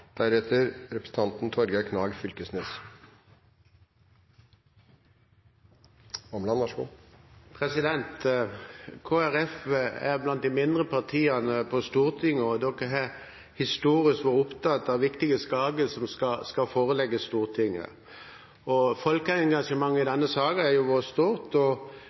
er blant de mindre partiene på Stortinget og har historisk vært opptatt av at viktige saker skal forelegges Stortinget. Folkeengasjementet i denne saken har vært stort, og